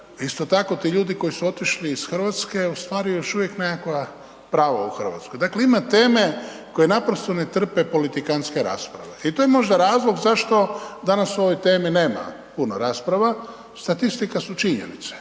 isto tako ti ljudi koji su otišli iz RH ostvaruju još uvijek nekakva prava u RH, dakle ima teme koje naprosto ne trpe politikanske rasprave i to je možda razlog zašto danas o ovoj temi nema puno rasprava. Statistika su činjenice,